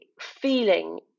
feeling